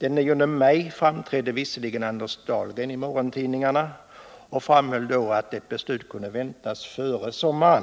Den 9 maj framträdde dock Anders Dahlgren i morgontidningarna och framhöll att ett beslut kunde väntas före sommaren.